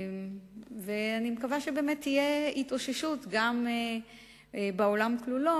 אני מקווה שבאמת תהיה התאוששות גם בעולם כולו,